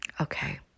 Okay